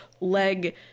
leg